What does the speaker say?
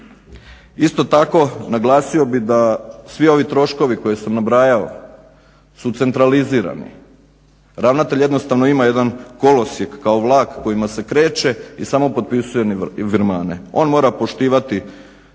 Isto tako naglasio bi da svi ovi troškovi koje sam nabrajao su centralizirani, ravnatelj jednostavno ima jedan kolosijek kao vlak kojima se kreće i samo potpisuje virmane. On mora poštivati